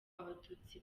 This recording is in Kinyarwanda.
abatutsi